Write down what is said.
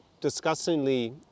disgustingly